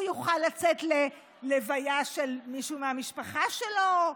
הוא יוכל לצאת ללוויה של מישהו מהמשפחה שלו,